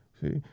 See